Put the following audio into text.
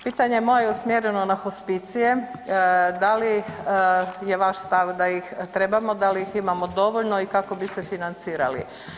Pitanje moje je usmjereno na hospicije, da li je vaš stav da ih trebamo, da li ih imamo dovoljno i kako bi se financirali?